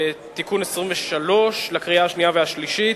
(תיקון מס' 22) לקריאה שנייה ולקריאה שלישית.